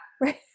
right